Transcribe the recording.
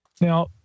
Now